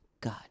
God